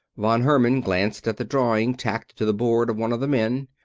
von herman glanced at the drawing tacked to the board of one of the men.